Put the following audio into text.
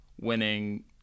winning